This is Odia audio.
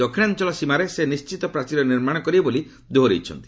ଦକ୍ଷିଣାଞ୍ଚଳ ସୀମାରେ ସେ ନିଣ୍ଢିତ ପ୍ରାଚୀର ନିର୍ମାଣ କରିବେ ବୋଲି ଦୋହରାଇଛନ୍ତି